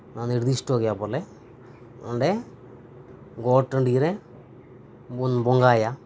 ᱱᱤᱨᱫᱤᱥᱴᱚ ᱜᱮᱭᱟ ᱵᱚᱞᱮ ᱚᱸᱰᱮ ᱜᱚᱴ ᱴᱟᱺᱰᱤᱨᱮ ᱵᱚᱱ ᱵᱚᱸᱜᱟᱭᱟ